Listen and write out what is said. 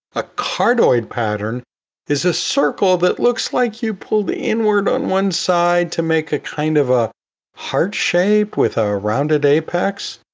a cardioid pattern is a circle that looks like you pull the inward on one side to make a kind of a heart shape with a rounded apex.